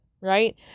right